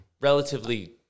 relatively